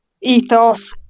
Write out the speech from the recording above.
ethos